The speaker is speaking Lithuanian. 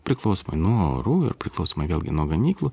priklausomai nuo orų ir priklausomai vėlgi nuo ganyklų